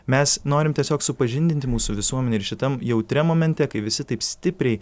mes norim tiesiog supažindinti mūsų visuomenę ir šitam jautria momente kai visi taip stipriai